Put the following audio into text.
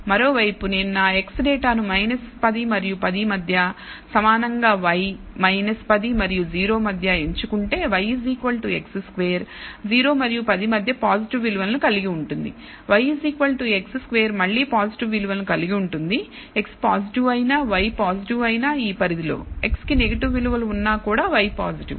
మరోవైపు నేను నా x డేటాను 10 మరియు 10 మధ్య సమానంగా y 10 మరియు 0 మధ్య ఎంచుకుంటే yx square 0 మరియు 10 మధ్య పాజిటివ్ విలువలను కలిగి ఉంటుంది yx square మళ్లీ పాజిటివ్ విలువలను కలిగి ఉంటుంది x పాజిటివ్ అయినా y పాజిటివ్ అయినా ఈ పరిధిలోx కి నెగిటివ్ విలువలు ఉన్నా కూడా y పాజిటివ్